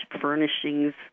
furnishings